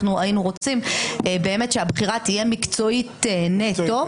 היינו רוצים שהבחירה תהיה מקצועית נטו,